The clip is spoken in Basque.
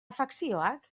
fakzioak